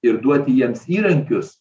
ir duoti jiems įrankius